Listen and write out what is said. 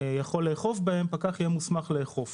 יכול לאכוף בהם, פקח יהיה מוסמך לאכוף.